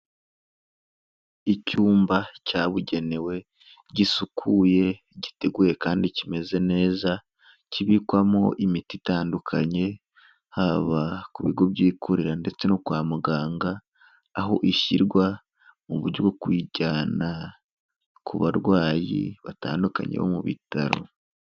Icyumba cyabugenewe, gisukuye giteguye kandi kimeze neza, kibikwamo imiti itandukanye, haba ku bigo byikorera ndetse no kwa muganga, aho ishyirwa mu buryo bwo kuyijyana ku barwayi batandukanye bo mu bitaro.